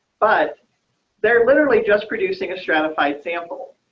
but they're literally just producing a stratified sample.